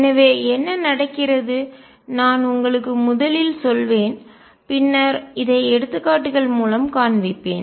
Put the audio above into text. எனவே என்ன நடக்கிறது நான் உங்களுக்கு முதலில் சொல்வேன் பின்னர் இதை எடுத்துக்காட்டுகள் மூலம் காண்பிப்பேன்